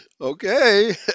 Okay